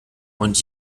und